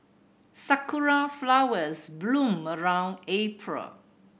sakura flowers bloom around April